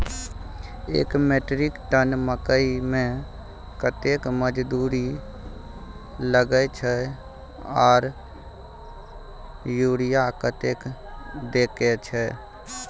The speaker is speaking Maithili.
एक मेट्रिक टन मकई में कतेक मजदूरी लगे छै आर यूरिया कतेक देके छै?